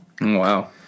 Wow